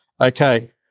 Okay